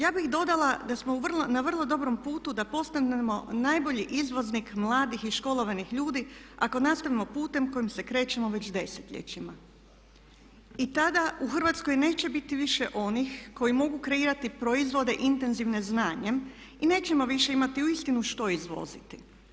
Ja bih dodala da smo na vrlo dobrom putu da postanemo najbolji izvoznik mladih i školovanih ljudi ako nastavimo putem kojim se krećemo već desetljećima i tada u Hrvatskoj neće biti više onih koji mogu kreirati proizvode intenzivne znanjem i nećemo više imati uistinu što izvoziti.